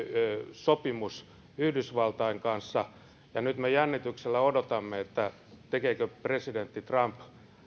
sopimus yhdysvaltain kanssa ja nyt me jännityksellä odotamme tekeekö presidentti trump